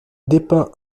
dépeint